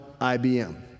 IBM